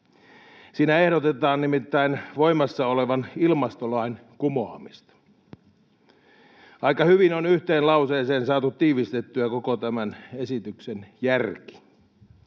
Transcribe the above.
Siinä ehdotetaan nimittäin voimassa olevan ilmastolain kumoamista. Aika hyvin on yhteen lauseeseen saatu tiivistettyä koko tämän esityksen järki.